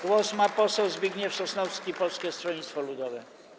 Głos ma poseł Zbigniew Sosnowski, Polskie Stronnictwo Ludowe.